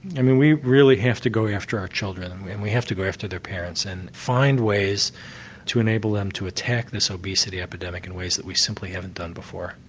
i mean we really have to go after our children and we have to go after their parents and find ways to enable them to attack this obesity epidemic in ways that we simply haven't done before.